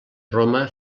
roma